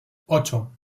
ocho